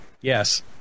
Yes